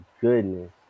goodness